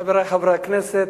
חברי חברי הכנסת,